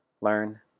learn